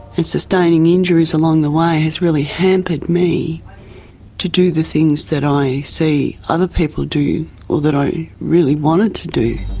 and sustaining injuries along the way has really hampered me to do the things that i see other people do or that i really wanted to do.